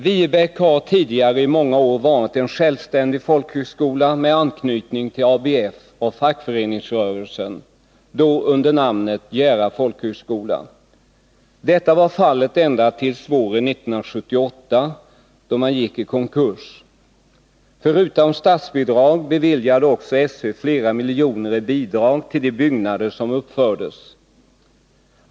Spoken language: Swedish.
Viebäck har tidigare i många år varit en självständig folkhögskola med anknytning till ABF och fackföreningsrörelsen, då under namnet Jära folkhögskola. Detta var fallet ända till våren 1978, då man gick i konkurs. Förutom driftbidrag beviljade också SÖ flera miljoner i bidrag till de byggnader som uppfördes.